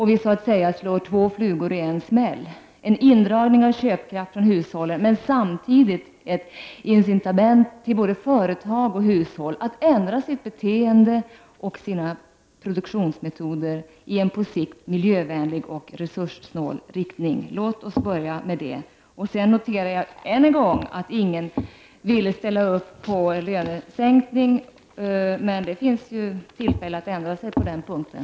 Vi så att säga slå två flugor i en smäll: en indragning av köpkraften från hushållen men samtidigt ett incitament till både hushåll och företag att ändra sitt beteende och sina produktionsmetoder i en på sikt miljövänlig och resurssnål riktning. Låt oss börja med det. Jag noterar än en gång att ingen vill ställa sig bakom förslaget om lönesänkning. Men det finns tillfälle att ändra sig på den punkten.